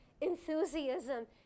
enthusiasm